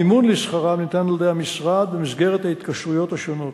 המימון של שכרם ניתן על-ידי המשרד במסגרת ההתקשרויות השונות.